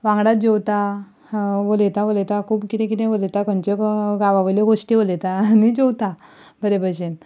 वांगडाच जेवता उलयतां उलयतां खूब कितें कितें उलयता खंयच्यो गांवावेल्यो घोष्टी उलयता आनी जेवता बरे भशेन